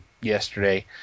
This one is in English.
yesterday